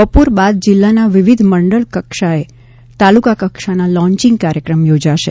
બપોર બાદ જિલ્લાના વિવિધ મંડલ કક્ષાએ તાલુકા કક્ષાના લોન્ચિંગ કાર્યક્રમ યોજાશે